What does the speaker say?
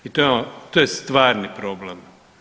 I to je stvarni problem.